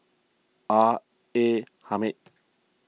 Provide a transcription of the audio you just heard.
R A Hamid